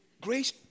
grace